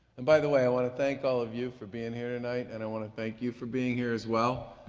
and by the way, i want to thank all of you for being here tonight, and i want to thank you for being here as well.